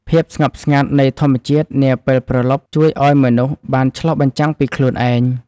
ភាពស្ងប់ស្ងាត់នៃធម្មជាតិនាពេលព្រលប់ ជួយឱ្យមនុស្សបានឆ្លុះបញ្ចាំងពីខ្លួនឯង។